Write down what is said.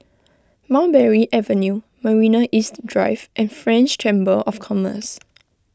Mulberry Avenue Marina East Drive and French Chamber of Commerce